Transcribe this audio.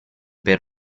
per